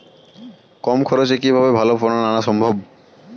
কম খরচে কিভাবে ভালো ফলন আনা সম্ভব?